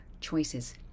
choices